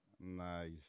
nice